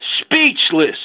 Speechless